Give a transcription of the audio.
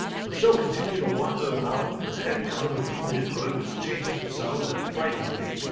for she'll continue to wander about, her head covered with the pointed hood which changes her so, that it frightens me.